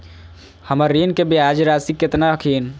हमर ऋण के ब्याज रासी केतना हखिन?